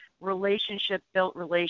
relationship-built